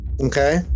okay